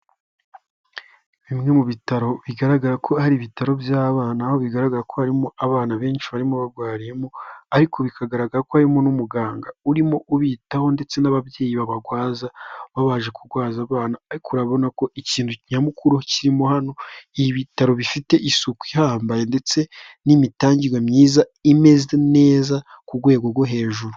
Bimwe mu bitaro bigaragara ko ari ibitaro by'abana, aho bigaragara ko harimo abana benshi barimo bagwariye ariko bikagaragara ko harimo n'umuganga urimo ubitaho ndetse n'ababyeyi babagwaza, baje kugwaza abana ariko urabona ko ikintu nyamukuru kirimo hano, ibitaro bifite isuku ihambaye ndetse n'imitangigwe myiza imeze neza ku gwego rwo hejuru.